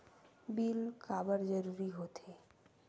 Bill काबर जरूरी होथे?